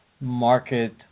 market